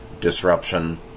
disruption